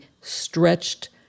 stretched